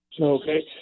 Okay